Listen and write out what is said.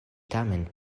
tamen